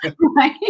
Right